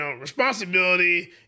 responsibility